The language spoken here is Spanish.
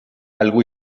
algo